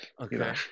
Okay